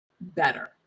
better